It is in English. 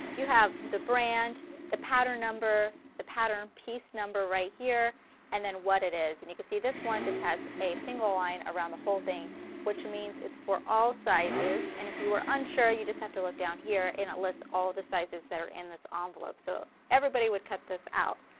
you have the brand, the pattern number, the pattern piece number right here and then what it is and you can see this one just has a single line around the whole thing which means it's for all sizes and if you are unsure you just have to look down here and list all the sizes that are in this ah envelope so everybody would cut this out.